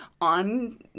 on